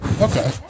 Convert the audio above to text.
Okay